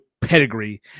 pedigree